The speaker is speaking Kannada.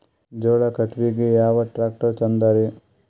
ಜೋಳ ಕಟಾವಿಗಿ ಯಾ ಟ್ಯ್ರಾಕ್ಟರ ಛಂದದರಿ?